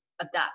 adapt